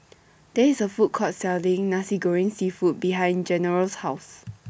There IS A Food Court Selling Nasi Goreng Seafood behind General's House